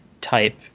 type